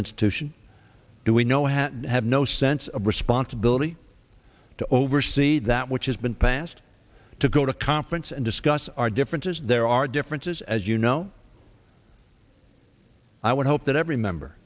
institution do we know how to have no sense of responsibility to oversee that which has been passed to go to conference and discuss our differences there are differences as you know i would hope that every member